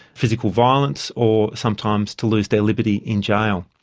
physical violence or sometimes to lose their liberty in jail.